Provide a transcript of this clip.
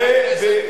חבר הכנסת כץ,